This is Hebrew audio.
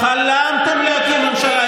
חבר הכנסת אקוניס,